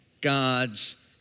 God's